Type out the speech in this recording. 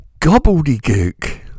gobbledygook